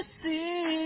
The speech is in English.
see